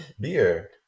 beer